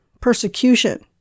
persecution